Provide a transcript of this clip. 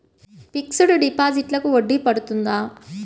Fixed డిపాజిట్లకు వడ్డీ పడుతుందా?